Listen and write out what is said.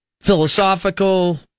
philosophical